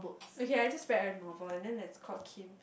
okay I just read a novel and then that's called Kim